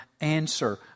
answer